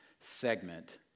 segment